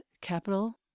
capital